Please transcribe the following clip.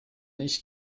ich